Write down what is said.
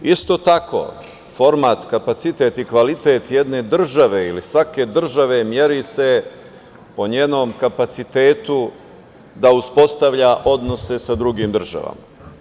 Isto tako, format, kapacitet i kvalitet jedne države ili svake države meri se po njenom kapacitetu da uspostavlja odnose sa drugim državama.